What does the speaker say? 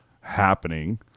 happening